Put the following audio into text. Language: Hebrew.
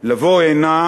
לבוא הנה